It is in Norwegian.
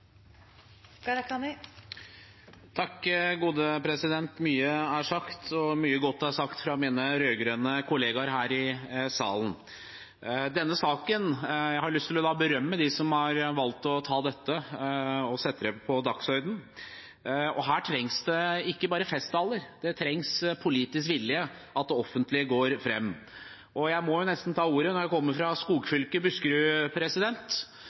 sagt av mine rød-grønne kollegaer her i salen. Jeg har lyst til å berømme dem som har valgt å sette denne saken på dagsordenen. Her trengs det ikke bare festtaler, det trengs politisk vilje, at det offentlige går fram. Jeg må nesten ta ordet når jeg kommer fra skogfylket Buskerud,